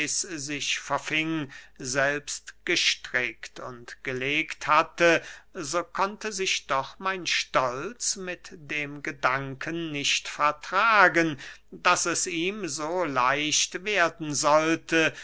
sich verfing selbst gestrickt und gelegt hatte so konnte sich doch mein stolz mit dem gedanken nicht vertragen daß es ihm so leicht werden sollte